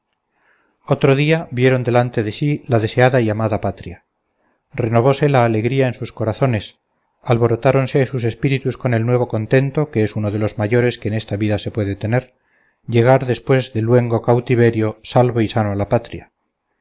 otro día vieron delante de sí la deseada y amada patria renovóse la alegría en sus corazones alborotáronse sus espíritus con el nuevo contento que es uno de los mayores que en esta vida se puede tener llegar después de luengo cautiverio salvo y sano a la patria